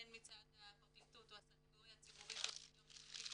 הן מצד הפרקליטות או הסנגוריה הציבורית או הסיוע המשפטי,